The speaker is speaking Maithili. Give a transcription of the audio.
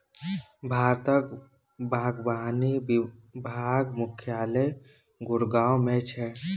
भारतक बागवानी विभाग मुख्यालय गुड़गॉव मे छै